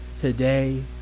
today